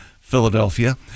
philadelphia